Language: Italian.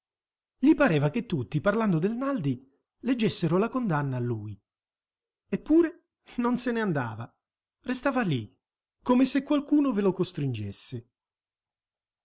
gli pareva che tutti parlando del naldi leggessero la condanna a lui eppure non se ne andava restava lì come se qualcuno ve lo costringesse